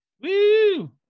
Woo